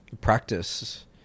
Practice